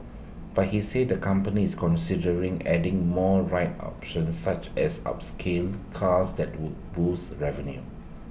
but he said the company is considering adding more ride options such as upscale cars that would boost revenue